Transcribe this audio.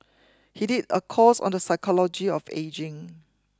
he did a course on the psychology of ageing